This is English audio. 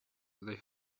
they